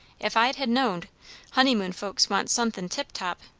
if i'd ha' knowed honeymoon folks wants sun'thin' tip-top,